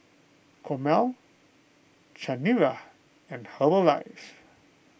Chomel Chanira and Herbalife